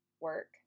work